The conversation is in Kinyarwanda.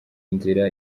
nzira